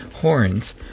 horns